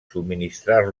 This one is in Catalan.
subministrar